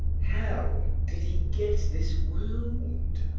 how did he get this wound?